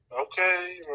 okay